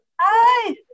Hi